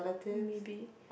maybe